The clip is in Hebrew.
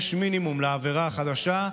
קביעת עונש מינימום לעבירה החדשה,